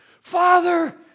Father